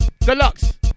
Deluxe